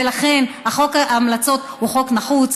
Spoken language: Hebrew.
ולכן חוק ההמלצות הוא חוק נחוץ.